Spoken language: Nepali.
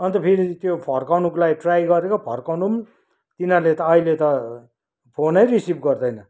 अन्त फेरि त्यो फर्काउनको लागि ट्राई गरेको फर्काउन पनि तिनीहरूले त अहिले त फोनै रिसिभ गर्दैन